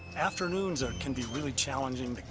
afternoons and can be really challenging.